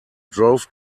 drove